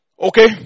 Okay